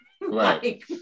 Right